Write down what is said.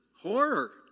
horror